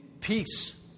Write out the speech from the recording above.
peace